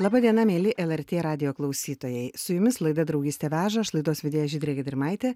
laba diena mieli lrt radijo klausytojai su jumis laida draugystė veža aš laidos vedėja žydrė gedrimaitė